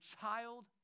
child